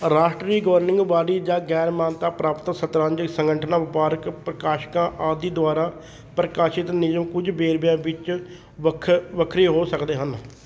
ਰਾਸ਼ਟਰੀ governing bodies ਜਾਂ ਗ਼ੈਰ ਮਾਨਤਾ ਪ੍ਰਾਪਤ ਸ਼ਤਰੰਜ ਸੰਗਠਨਾਂ ਵਪਾਰਕ ਪ੍ਰਕਾਸ਼ਕਾਂ ਆਦਿ ਦੁਆਰਾ ਪ੍ਰਕਾਸ਼ਿਤ ਨਿਯਮ ਕੁਝ ਵੇਰਵਿਆਂ ਵਿੱਚ ਵੱਖ ਵੱਖਰੇ ਹੋ ਸਕਦੇ ਹਨ